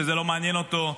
שזה לא מעניין אותו,